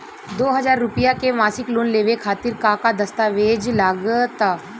दो हज़ार रुपया के मासिक लोन लेवे खातिर का का दस्तावेजऽ लग त?